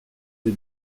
des